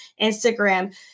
Instagram